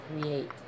create